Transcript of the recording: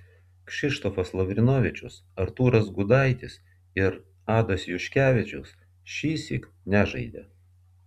kšištofas lavrinovičius artūras gudaitis ir adas juškevičius šįsyk nežaidė